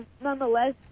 nonetheless